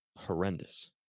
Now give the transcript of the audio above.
Horrendous